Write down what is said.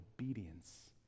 obedience